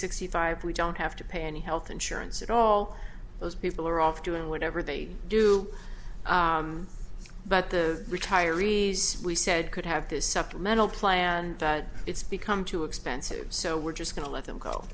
sixty five we don't have to pay any health insurance at all those people are off doing whatever they do but the retirees we said could have this supplemental plan and it's become too expensive so we're just going to let them go